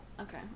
Okay